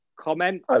comment